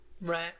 Right